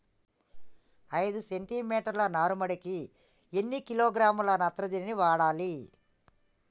ఐదు సెంటి మీటర్ల నారుమడికి ఎన్ని కిలోగ్రాముల నత్రజని వాడాలి?